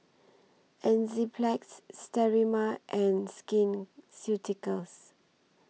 Enzyplex Sterimar and Skin Ceuticals